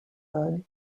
fogg